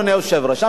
אדם רעב